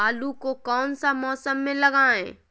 आलू को कौन सा मौसम में लगाए?